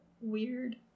weird